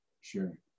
Sure